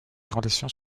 relations